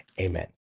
Amen